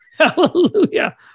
Hallelujah